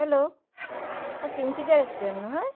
hello অ' Tinsukia restaurant নহয়